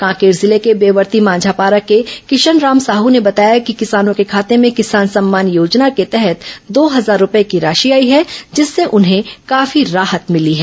कांकेर जिले के बेवर्ती मांझापारा के किशन राम साहू ने बताया कि किसानों के खाते में किसान सम्मान योजना के तहत दो हजार रूपये की राशि आई है जिससे उन्हें काफी राहत मिली है